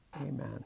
amen